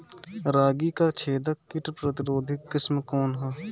रागी क छेदक किट प्रतिरोधी किस्म कौन ह?